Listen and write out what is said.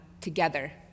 together